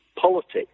politics